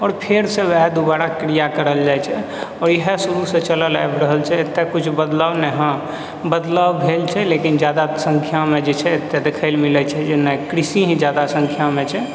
आओर फेरसँ उएह दुबारा क्रिया करल जाइत छै आओर इएह शुरूसँ चलल आबि रहल छै एतय कुछ बदलाव नहि हँ बदलाव भेल छै लेकिन ज्यादा सङ्ख्यामे जे छै एतय देखय लेल मिलैत छै नहि कृषि ही ज्यादा सङ्ख्यामे छै